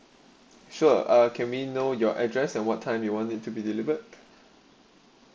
sure uh can we know your address and what time you want it to be delivered